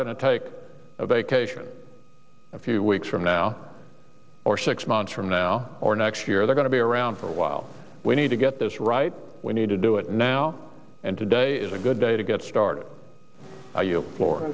to take a vacation a few weeks from now or six months from now or next year they're going to be around for a while we need to get this right we need to do it now and today is a good day to get started you flo